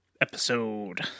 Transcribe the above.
episode